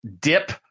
dip